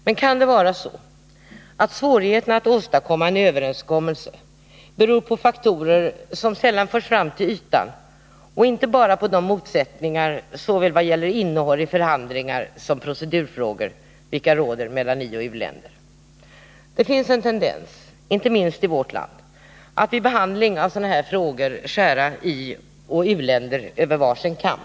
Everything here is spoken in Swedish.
Men kan det vara så att svårigheterna att åstadkomma en överenskommelse beror på faktorer som sällan förs fram till ytan och inte bara på de motsättningar i fråga om innehållet i förhandlingar och i fråga om procedurfrågor som råder mellan ioch u-länder? Det finns en tendens, inte minst i vårt land, att vid behandling av sådana här frågor ”skära ioch u-länder över var sin kam”.